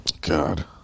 God